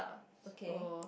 okay